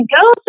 go